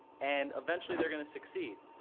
and eventually, they're going to succeed.